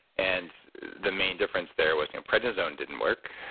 and the main difference there was prednisone didn't work